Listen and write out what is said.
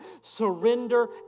Surrender